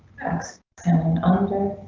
and under.